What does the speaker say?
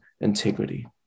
integrity